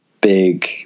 big